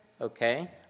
okay